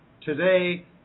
Today